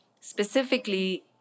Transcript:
specifically